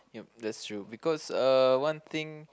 yup that's true because uh one thing